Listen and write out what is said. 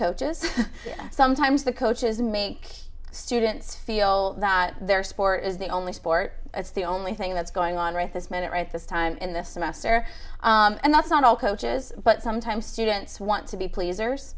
coaches sometimes the coaches make students feel that their sport is the only sport it's the only thing that's going on right this minute right this time in this semester and that's not all coaches but sometimes students want to be please